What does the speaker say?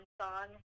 song